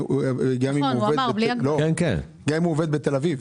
גם אם הוא עובד בתל אביב?